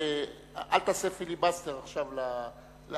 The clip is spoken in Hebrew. שאל תעשה פיליבסטר עכשיו לאופוזיציה.